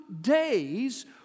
days